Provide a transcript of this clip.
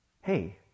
hey